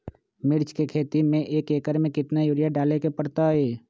मिर्च के खेती में एक एकर में कितना यूरिया डाले के परतई?